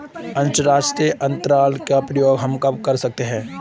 अंतर्राष्ट्रीय अंतरण का प्रयोग हम कब कर सकते हैं?